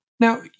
Now